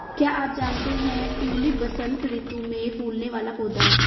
क्या आप जानते है ट्यूलिप वसंत ऋतू में फूलने वाला पौधा है